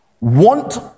want